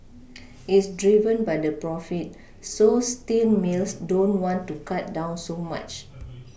it's driven by the profit so steel mills don't want to cut down so much